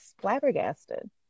flabbergasted